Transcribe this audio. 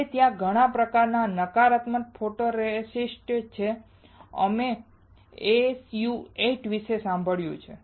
હવે ત્યાં ઘણા પ્રકારના નકારાત્મક ફોટોરેસિસ્ટ છે અને અમે SU8 વિશે સાંભળ્યું છે